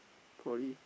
probably